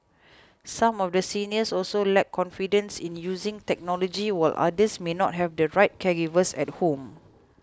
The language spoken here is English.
some of the seniors also lack confidence in using technology while others may not have the right caregivers at home